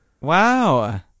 Wow